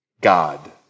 God